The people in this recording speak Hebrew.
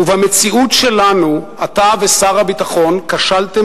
ובמציאות שלנו אתה ושר הביטחון כשלתם